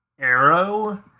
arrow